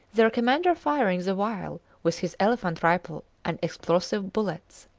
their commander firing the while with his elephant rifle and explosive bullets.